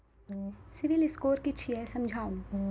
Civil score कि छियै समझाऊ?